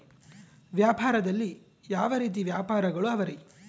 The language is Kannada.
ವ್ಯಾಪಾರದಲ್ಲಿ ಯಾವ ರೇತಿ ವ್ಯಾಪಾರಗಳು ಅವರಿ?